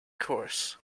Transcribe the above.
course